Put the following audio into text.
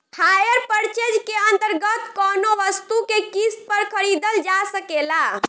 hire purchase के अंतर्गत कौनो वस्तु के किस्त पर खरीदल जा सकेला